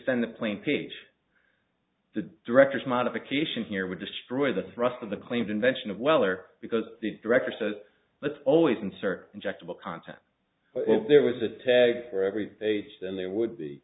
send the plain page the director's modification here would destroy the thrust of the claimed invention of well or because the director says let's always insert injectable content there was a tag for every and there would be